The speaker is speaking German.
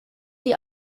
die